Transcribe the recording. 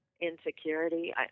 insecurity